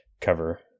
cover